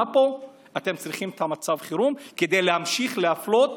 פה אתם צריכים את מצב החירום כדי להמשיך להפלות.